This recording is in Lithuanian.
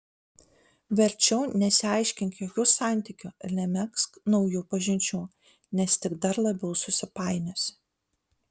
verčiau nesiaiškink jokių santykių ir nemegzk naujų pažinčių nes tik dar labiau susipainiosi